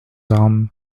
âmes